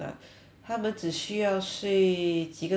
他们只需要睡几个钟呢这样